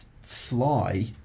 fly